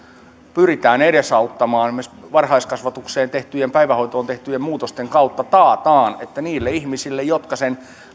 pyritään edesauttamaan ja esimerkiksi varhaiskasvatukseen päivähoitoon tehtyjen muutosten kautta taataan että niille ihmisille jotka sen